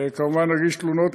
כמובן נגיש תלונות.